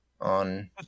on